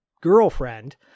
girlfriend